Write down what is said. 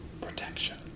protection